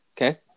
okay